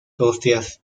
hostias